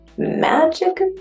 magic